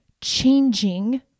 changing